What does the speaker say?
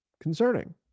concerning